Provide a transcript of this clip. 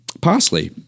Parsley